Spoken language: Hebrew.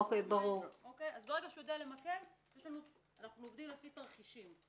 כשיודע למקם אנחנו עובדים לפי תרחישים.